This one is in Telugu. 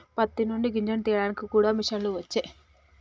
పత్తి నుండి గింజను తీయడానికి కూడా మిషన్లు వచ్చే